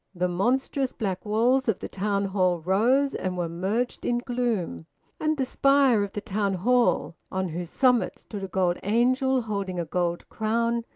the monstrous black walls of the town hall rose and were merged in gloom and the spire of the town hall, on whose summit stood a gold angel holding a gold crown,